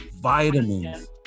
vitamins